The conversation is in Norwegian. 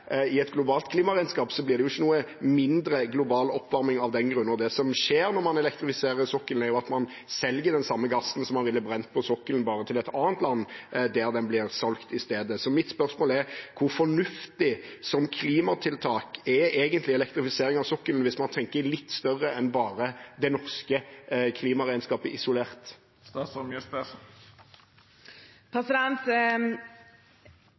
i et globalt klimaregnskap, blir det ikke noe mindre global oppvarming av den grunn. Det som skjer når man elektrifiserer sokkelen, er jo at man selger den samme gassen man ville brent på sokkelen, til et annet land der den blir brent i stedet. Mitt spørsmål er: Hvor fornuftig er egentlig elektrifisering av sokkelen som klimatiltak hvis man tenker litt større enn bare det norske klimaregnskapet isolert?